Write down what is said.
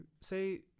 say